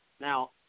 Now